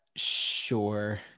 Sure